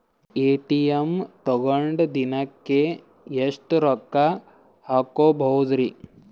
ATM ತಗೊಂಡ್ ದಿನಕ್ಕೆ ಎಷ್ಟ್ ರೊಕ್ಕ ಹಾಕ್ಬೊದ್ರಿ?